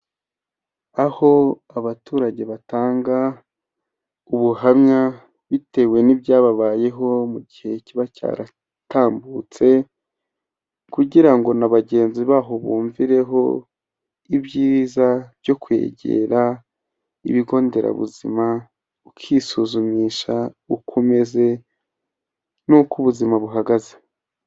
Aho abaturage batanga ubuhamya, bitewe n'ibyababayeho mu gihe kiba cyaratambutse, kugira ngo na bagenzi baho bumvireho ibyiza byo kwegera ibigo nderabuzima, ukisuzumisha uko umeze n'uko ubuzima buhagaze.